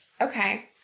okay